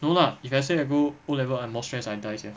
so lah if let's say I go O level I'm more stress I die sia